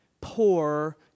poor